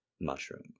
mushroom